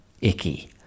icky